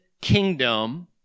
kingdom